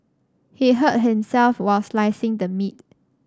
he hurt himself while slicing the meat